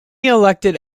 elected